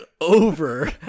over